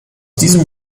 diesem